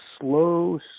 slow